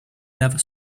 never